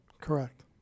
Correct